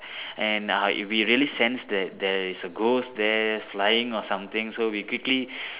and uh we really sense that there is a ghost there flying or something so we quickly